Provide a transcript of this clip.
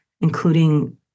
including